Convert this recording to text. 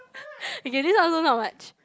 okay this one also not much